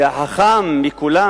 והחכם מכולם